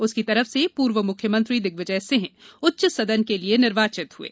उसकी तरफ से पूर्व मुख्यमंत्री दिग्विजय सिंह उच्च सदन के लिए निर्वाचित हुये